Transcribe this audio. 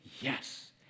yes